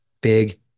big